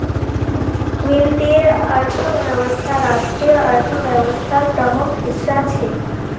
वीत्तिये अर्थवैवस्था राष्ट्रिय अर्थ्वैवास्थार प्रमुख हिस्सा छे